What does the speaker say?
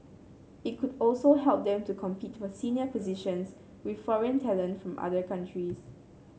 it could also help them to compete for senior positions with foreign talent from other countries